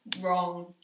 wrong